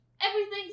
everything's